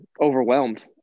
overwhelmed